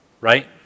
right